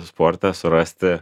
sporte surasti